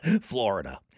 Florida